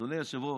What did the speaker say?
אדוני היושב-ראש,